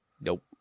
Nope